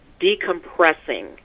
decompressing